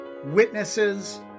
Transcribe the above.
witnesses